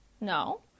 No